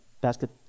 basket